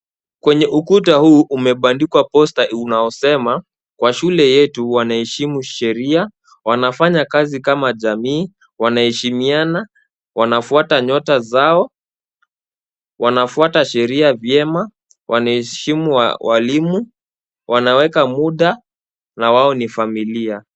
Kwenye ukuta huu umebandikwa posta inayosema, kwa shule yetu wanaheshimu sheria, wanafanya kazi kama jamii, wanaheshimiana, wanafuata nyota zao, wanafuata sheria vyema, wanaheshimu walimu, wanaweka muda na wao ni familia.